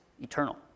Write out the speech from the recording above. eternal